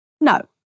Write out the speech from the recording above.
No